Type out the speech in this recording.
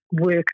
work